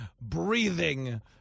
breathing